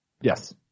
Yes